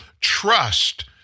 trust